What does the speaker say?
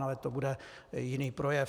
Ale to bude jiný projev.